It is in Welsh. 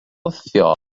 wthio